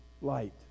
light